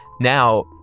Now